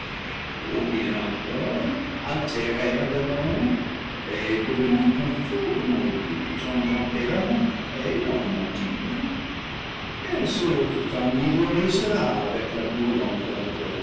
ou bien encore altérée à la longue et devenue conforme aux lieux en tempérament et en nature elle se familiarisera avec la